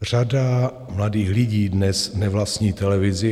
Řada mladých lidí dnes nevlastní televizi.